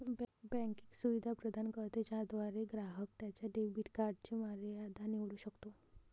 bank एक सुविधा प्रदान करते ज्याद्वारे ग्राहक त्याच्या डेबिट कार्डची मर्यादा निवडू शकतो